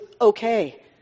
okay